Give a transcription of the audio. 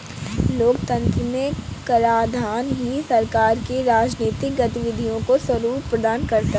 लोकतंत्र में कराधान ही सरकार की राजनीतिक गतिविधियों को स्वरूप प्रदान करता है